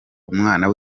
umwana